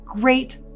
great